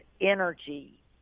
energy